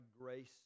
grace